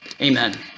Amen